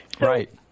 Right